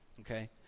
okay